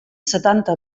setanta